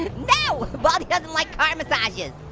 baldy doesn't like car massages.